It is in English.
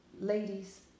Ladies